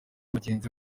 bagenzi